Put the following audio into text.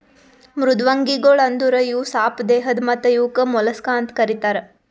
ಮೃದ್ವಂಗಿಗೊಳ್ ಅಂದುರ್ ಇವು ಸಾಪ್ ದೇಹದ್ ಮತ್ತ ಇವುಕ್ ಮೊಲಸ್ಕಾ ಅಂತ್ ಕರಿತಾರ್